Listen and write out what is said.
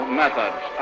methods